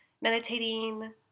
meditating